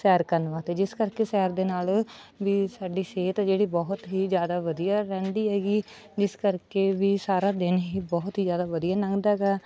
ਸੈਰ ਕਰਨ ਵਾਸਤੇ ਜਿਸ ਕਰਕੇ ਸੈਰ ਦੇ ਨਾਲ ਵੀ ਸਾਡੀ ਸਿਹਤ ਆ ਜਿਹੜੀ ਬਹੁਤ ਹੀ ਜ਼ਿਆਦਾ ਵਧੀਆ ਰਹਿੰਦੀ ਹੈਗੀ ਜਿਸ ਕਰਕੇ ਵੀ ਸਾਰਾ ਦਿਨ ਹੀ ਬਹੁਤ ਹੀ ਜ਼ਿਆਦਾ ਵਧੀਆ ਲੰਘਦਾ ਹੈਗਾ